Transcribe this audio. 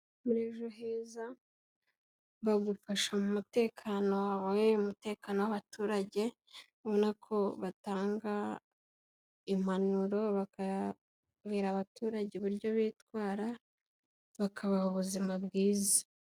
Muri ejo heza, bagufasha mu mutekano wawe, umutekano w'abaturage, ni nako batanga impanuro, bakabwira abaturage uburyo bitwara, bakabaha ubuzima bwiza.